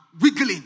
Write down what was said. wiggling